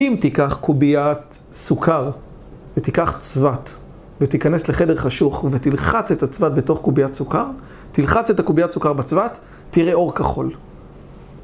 אם תיקח קוביית סוכר ותיקח צוות ותיכנס לחדר חשוך ותלחץ את הצבת בתוך קוביית סוכר, תלחץ את הקוביית סוכר בצבת, תראה אור כחול.